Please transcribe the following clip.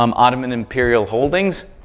um ottoman imperial holdings,